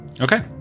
Okay